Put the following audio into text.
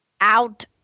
out